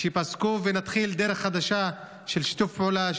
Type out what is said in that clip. ולהתחיל דרך חדשה של שיתוף פעולה,